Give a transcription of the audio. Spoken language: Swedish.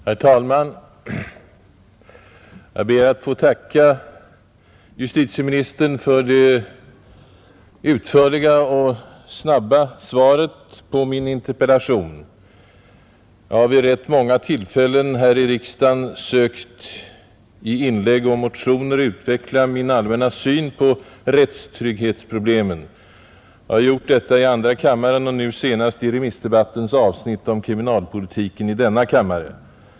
Herr talman! Jag ber att få tacka justitieministern för det utförliga och snabba svaret på min interpellation. Jag har vid rätt många tillfällen här i riksdagen sökt att i inlägg och motioner utveckla min allmänna syn på rättstrygghetsproblemet — jag har gjort detta i andra kammaren och senast i remissdebattens avsnitt om kriminalpolitiken i denna kammare.